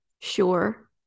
sure